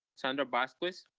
sandra vasquez.